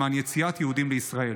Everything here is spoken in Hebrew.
למען יציאת יהודים לישראל.